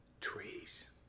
trees